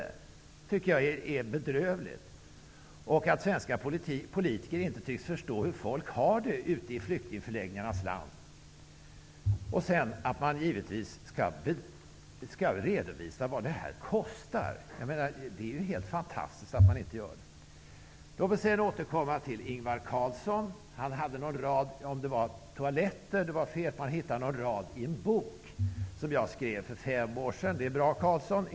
Detta tycker jag är bedrövligt liksom att svenska politiker inte tycks förstå hur folk har det ute i flyktingförläggningarnas land, och att man skall redovisa vad detta kostar. Det är ju helt fantastiskt att man inte gör det! Låt mig sedan återkomma till Ingvar det var om något fel på en toalett -- i en bok som jag skrev för fem år sedan. Det är bra, Carlsson.